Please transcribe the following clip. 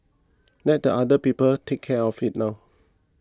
let the other people take care of it now